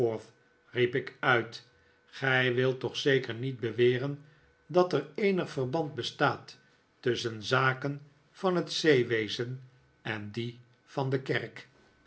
riep ik uit gij wilt toch zeker niet beweren dat er eenig verband bestaat tusschen zaken van het zeewezen en die van de kerk